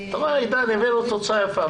הבאנו תוצאה יפה.